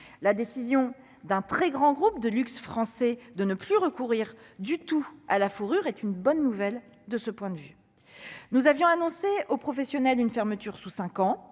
La décision d'un très grand groupe de luxe français de ne plus recourir du tout à la fourrure est une bonne nouvelle. Nous avions annoncé aux professionnels une fermeture sous cinq ans,